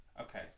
Okay